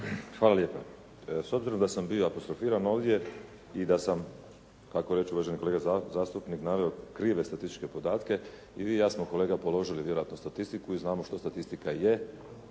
Hvala lijepa. S obzirom da sam bio apostrofiran ovdje i da sam kako reče uvaženi kolega zastupnik naveo krive statističke podatke, i vi i ja samo kolega položili vjerojatno statistiku i znamo što statistika je,